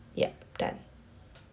yup done